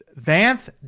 Vanth